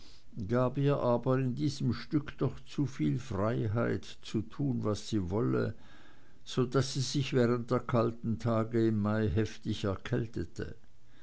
gab ihr aber in diesem stück doch zu viel freiheit zu tun was sie wolle so daß sie sich während der kalten tage im mai heftig erkältete